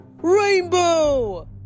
Rainbow